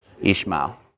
Ishmael